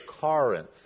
Corinth